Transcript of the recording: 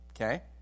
Okay